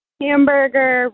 hamburger